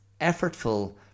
effortful